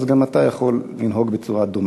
אז גם אתה יכול לנהוג בצורה דומה.